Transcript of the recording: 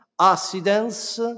accidents